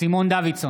סימון דוידסון,